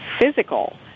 physical